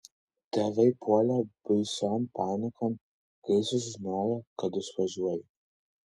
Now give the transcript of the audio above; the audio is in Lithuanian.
tėvai puolė baision panikon kai sužinojo kad išvažiuoju